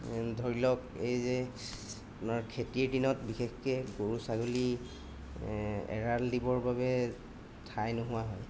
ধৰি লওক এই যে আপোনাৰ খেতিৰ দিনত বিশেষকৈ গৰু ছাগলী এৰাল দিবৰ বাবে ঠাই নোহোৱা হয়